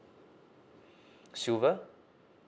silver